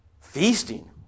Feasting